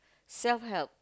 self help